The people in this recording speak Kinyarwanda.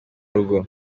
rugo